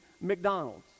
McDonald's